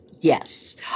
Yes